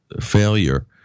failure